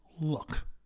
look